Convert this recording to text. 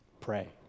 pray